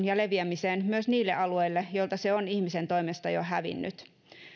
ja leviämiseen myös niille alueille joilta se on ihmisen toimesta jo hävinnyt